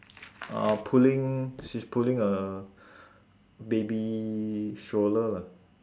uh pulling she's pulling a baby stroller lah